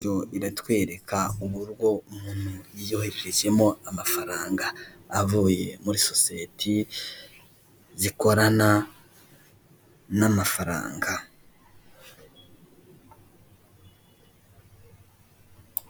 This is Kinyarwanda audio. Iratwereka uburyo umuntu yohererejemo amafaranga avuye muri sosiyete zikorana n'amafaranga.